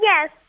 yes